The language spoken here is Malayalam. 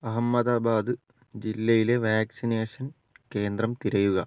അഹമ്മദാബാദ് ജില്ലയിലെ വാക്സിനേഷൻ കേന്ദ്രം തിരയുക